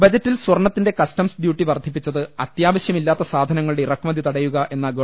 ബജറ്റിൽ സ്വർണത്തിന്റെ customs duty വർധിപ്പിച്ചത് അത്യാ വശ്യമില്ലാത്ത സാധനങ്ങളുടെ ഇറക്കുമതിച്ചതടയുക എന്ന ഗവ